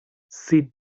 sit